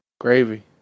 Gravy